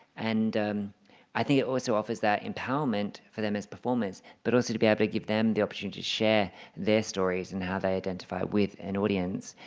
and i think it also offers that empowerment for them as performers but also to be able to give them the opportunity to share their stories and how they identify with an audience.